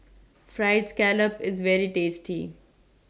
Fried Scallop IS very tasty